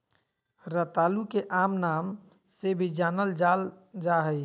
रतालू के आम नाम से भी जानल जाल जा हइ